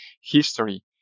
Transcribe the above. history